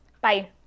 Bye